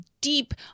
deep